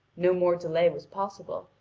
no more delay was possible,